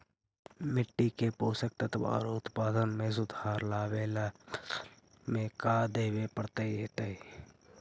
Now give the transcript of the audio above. मिट्टी के पोषक तत्त्व और उत्पादन में सुधार लावे ला फसल में का देबे पड़तै तै?